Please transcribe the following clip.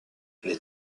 les